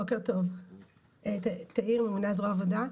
בוקר טוב, תאיר, ממונה על זרוע העבודה.